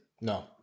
No